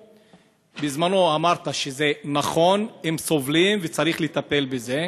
בזמנו אמרת שזה נכון, הם סובלים, וצריך לטפל בזה.